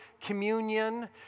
communion